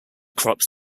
crops